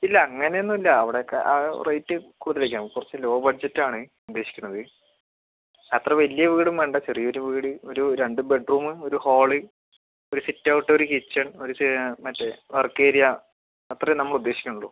ഇല്ല അങ്ങനെയൊന്നുമില്ല അവിടൊക്കെ ആ റേറ്റ് കൂടുതലൊക്കെയാവും നമുക്ക് കുറച്ചു ലോ ബഡ്ജറ്റാണ് ഉദ്ദേശിക്കുന്നത് അത്ര വലിയ വീടും വേണ്ട ചെറിയൊരു വീട് ഒരു രണ്ടു ബെഡ്റൂം ഒരു ഹാള് ഒരു സിറ്റ്ഔട്ട് ഒരു കിച്ചൺ ഒരു മറ്റേ വർക്ക്ഏരിയ അത്രേ നമ്മളുദ്ദേശിക്കുന്നുള്ളൂ